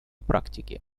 практики